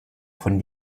von